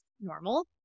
normal